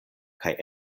kaj